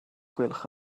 gwelwch